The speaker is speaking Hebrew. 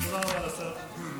תודה רבה לשר לוין.